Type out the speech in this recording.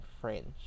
French